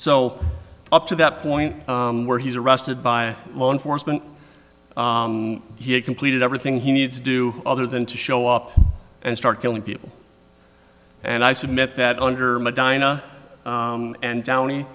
so up to that point where he's arrested by law enforcement he completed everything he needs to do other than to show up and start killing people and i submit that under medina and downey